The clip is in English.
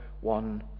one